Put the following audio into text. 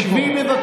הוא לא יכול,